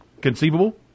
conceivable